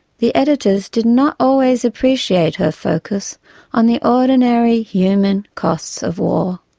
the editors did not always appreciate her focus on the ordinary human costs of war.